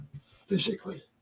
Physically